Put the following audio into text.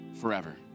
forever